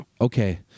Okay